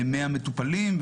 מהמטופלים,